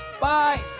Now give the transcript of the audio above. bye